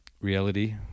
Reality